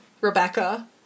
Rebecca